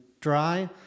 dry